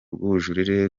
rw’ubujurire